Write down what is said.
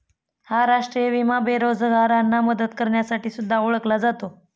हा राष्ट्रीय विमा बेरोजगारांना मदत करण्यासाठी सुद्धा ओळखला जातो